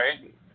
right